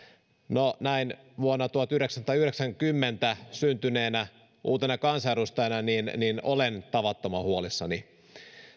no näin vuonna tuhatyhdeksänsataayhdeksänkymmentä syntyneenä uutena kansanedustajana olen tavattoman huolissani